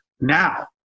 now